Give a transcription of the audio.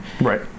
Right